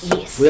Yes